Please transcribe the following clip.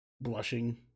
blushing